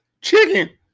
chicken